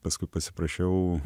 paskui pasiprašiau